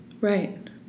Right